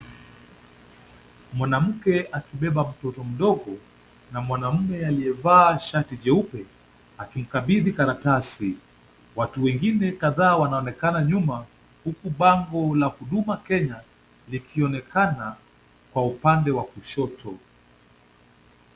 Mwanamke akibeba mtoto mdogo na mwanaume aliyevaa shati jeupe akimukabidhi karatasi, watu wengine kadhaa wanaonekana nyuma huku bump la huduma Kenya likionekana kwa upande wa kushoto.